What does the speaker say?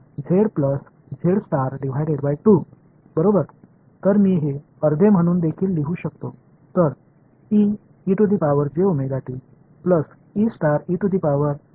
तर मी हे अर्धे म्हणून देखील लिहू शकतो तर ठीक आहे